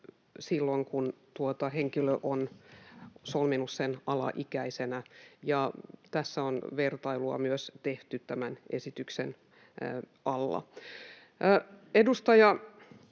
silloin, kun henkilö on solminut sen alaikäisenä. Tässä on vertailua tehty myös tämän esityksen alla. Edustaja